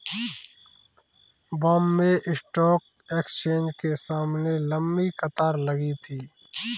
Bombay stock exchange के सामने लंबी कतार लगी थी